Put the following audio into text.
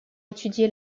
étudié